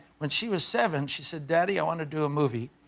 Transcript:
when she was seven, she said daddy, i want to do a movie.